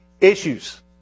issues